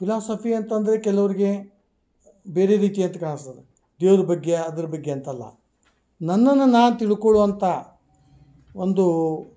philosophy ಅಂತಂದರೆ ಕೆಲವ್ರಿಗೆ ಬೇರೆ ರೀತಿ ಅಂತ ಕಾಣ್ಸ್ತದೆ ದೇವ್ರ ಬಗ್ಗೆ ಅದ್ರ ಬಗ್ಗೆ ಅಂತಲ್ಲ ನನ್ನನ್ನು ನಾ ತಿಳ್ಕೊಳ್ಳುವಂಥ ಒಂದು